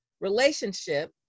relationship